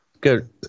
good